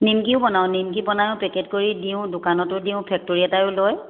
নিমকিও বনাওঁ নিমকি বনায়ো পেকেট কৰি দিওঁ দোকানতো দিওঁ ফেক্টৰী এটাইয়ো লয়